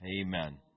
Amen